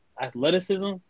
athleticism